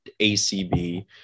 ACB